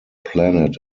planet